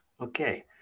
okay